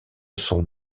son